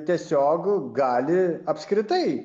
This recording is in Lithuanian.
tiesiog gali apskritai